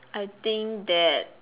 I think that